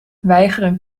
weigeren